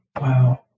Wow